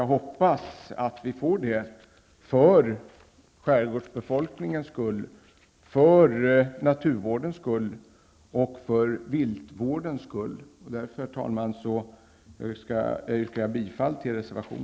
Jag hoppas att så blir fallet för skärgårdsbefolkningens skull, för naturvårdens skull och för viltvårdens skull. Därför, herr talman, yrkar jag bifall till reservation